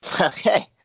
Okay